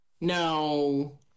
no